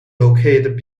located